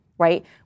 right